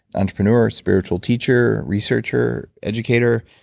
entrepreneur, spiritual teacher researcher, educator,